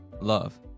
Love